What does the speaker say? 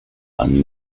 and